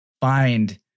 find